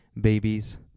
babies